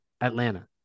Atlanta